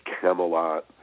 Camelot